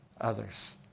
others